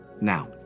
Now